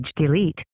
Delete